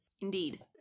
indeed